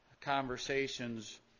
conversations